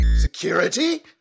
Security